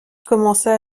commença